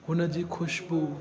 हुन जी ख़ुशबूइ